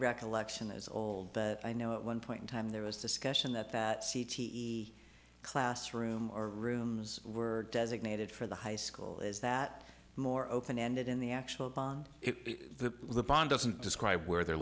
recollection is old but i know one point in time there was discussion that that c t classroom or rooms were designated for the high school is that more open ended in the actual the band doesn't describe where they're